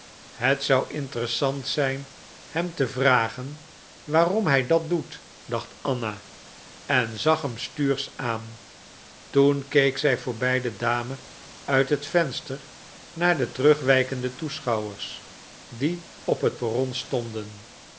het zou interessant zijn hem te vragen waarom hij dat doet dacht anna en zag hem stuursch aan toen keek zij voorbij de dame uit het venster naar de terugwijkende toeschouwers die op het perron stonden